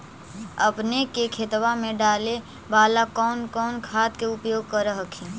अपने के खेतबा मे डाले बाला कौन कौन खाद के उपयोग कर हखिन?